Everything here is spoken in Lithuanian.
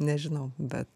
nežinau bet